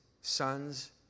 son's